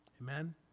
Amen